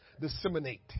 disseminate